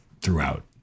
throughout